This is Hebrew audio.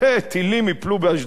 טילים ייפלו באשדוד,